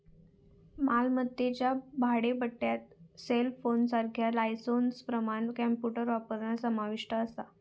मालमत्तेच्या भाडेपट्ट्यात सेलफोनसारख्या लायसेंसप्रमाण कॉम्प्युटर वापरणा समाविष्ट असा